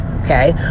Okay